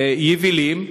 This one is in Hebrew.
יבילים,